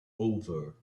over